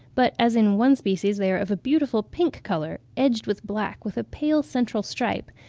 but as in one species they are of a beautiful pink colour, edged with black, with a pale central stripe,